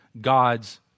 God's